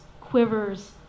quivers